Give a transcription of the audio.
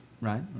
right